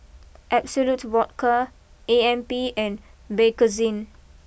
absolut Vodka A M P and Bakerzin